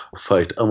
fight